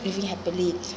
living happily